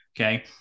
okay